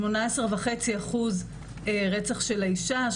18.5% רצח של האישה.